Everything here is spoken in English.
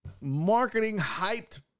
marketing-hyped